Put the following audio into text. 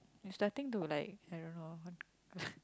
it starting to like I don't know